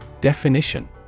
Definition